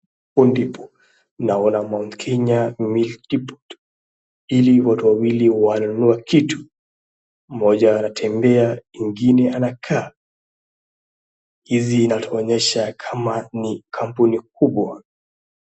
Naona Mt. Kenya milk deport , ili waatu wawili wananunua kitu, mmoja anatembea ingine anakaa. Hizi anatuonyesha kama ni kampuni kubwa.